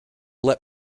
let